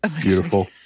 beautiful